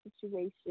situation